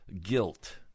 guilt